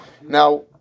Now